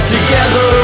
Together